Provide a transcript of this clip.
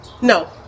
no